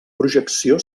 projecció